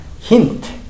hint